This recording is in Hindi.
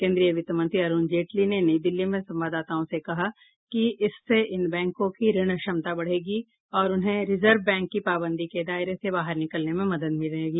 केन्द्रीय वित्त मंत्री अरूण जेटली ने नई दिल्ली में संवाददाताओं से कहा कि इससे इन बैंकों की ऋण क्षमता बढ़ेगी और उन्हें रिजर्व बैंक की पाबंदी के दायरे से बाहर निकलने में मदद मिलेगी